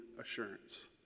assurance